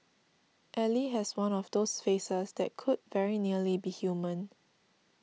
Ally has one of those faces that could very nearly be human